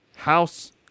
House